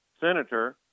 senator